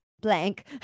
blank